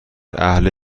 اهل